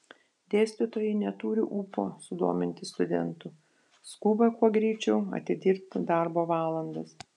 dėstytojai neturi ūpo sudominti studentų skuba kuo greičiau atidirbti darbo valandas